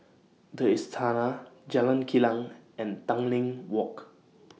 The Istana Jalan Kilang and Tanglin Walk